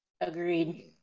agreed